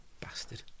Bastard